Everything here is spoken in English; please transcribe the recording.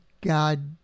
God